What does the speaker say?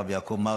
הרב יעקב מרגי,